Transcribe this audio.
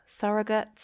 surrogates